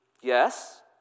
Yes